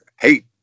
hate